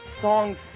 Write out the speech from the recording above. songs